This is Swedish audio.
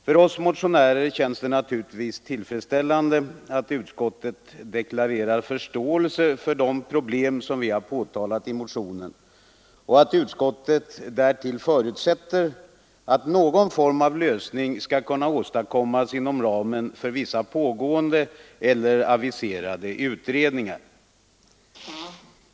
För oss motionärer känns det naturligtvis tillfredsställande att utskottet deklarerar förståelse för de problem som vi påtalat i motionen och att utskottet därtill förutsätter att någon form av lösning skall kunna åstadkommas inom ramen för vissa pågående eller aviserade utredningar.